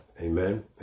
Amen